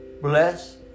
Bless